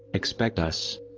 expect us.